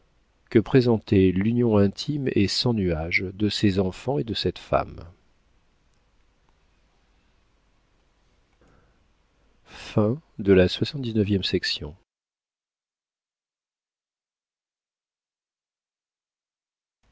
que présentait l'union intime et sans nuages de ces enfants et de cette femme